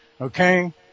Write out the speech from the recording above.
Okay